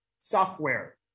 software